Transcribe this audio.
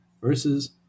versus